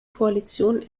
koalition